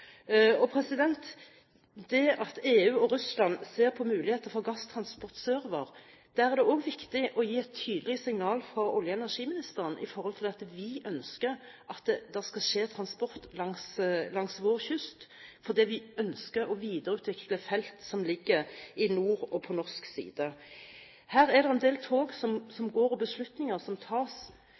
EU og Russland ser på muligheter for gasstransport sørover, er det også viktig å gi et tydelig signal fra olje- og energiministeren om at vi ønsker at det skal foregå transport langs vår kyst fordi vi ønsker å videreutvikle felt som ligger i nord og på norsk side. Her er det en del tog som går og beslutninger som tas